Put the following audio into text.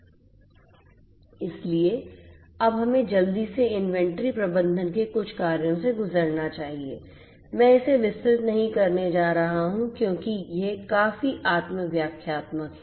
इसलिए अब हमें जल्दी से इन्वेंट्री प्रबंधन के कुछ कार्यों से गुजरना चाहिए मैं इसे विस्तृत नहीं करने जा रहा हूं क्योंकि ये काफी आत्म व्याख्यात्मक हैं